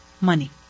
money